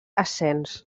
ascens